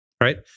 right